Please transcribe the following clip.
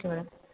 okay madam